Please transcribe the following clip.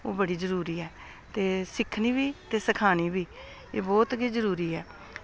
ओह् बड़ी जरूरी ऐ ते सिक्खनी बी सखानी बी एह् बहुत गै जरूरी ऐ